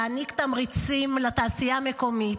להעניק תמריצים לתעשייה המקומית,